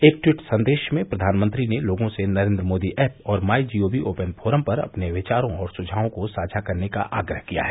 एक ट्वीट संदेश में प्रघानमंत्री ने लोगों से नरेन्द्र मोदी ऐप और my G O V open forum पर अपने विचारों और सुझावों को साझा करने का आग्रह किया है